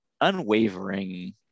unwavering